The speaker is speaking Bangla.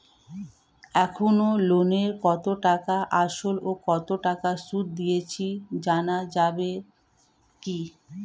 এখনো লোনের কত টাকা আসল ও কত টাকা সুদ দিয়েছি জানা যাবে কি?